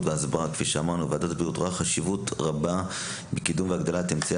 ועדת הבריאות רואה חשיבות רבה לקידום והגדלת אמצעי